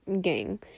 gang